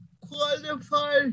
qualify